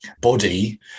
body